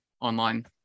online